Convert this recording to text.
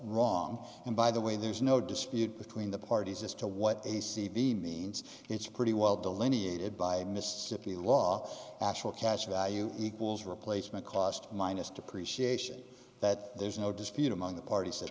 wrong and by the way there's no dispute between the parties as to what a c v means it's pretty well delineated by mists of the law actual cash value equals replacement cost minus depreciation that there's no dispute among the parties